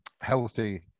Healthy